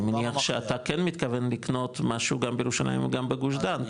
אני מניח שאתה כן מתכוון לקנות משהו גם בירושלים וגם בגוש דן,